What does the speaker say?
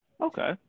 Okay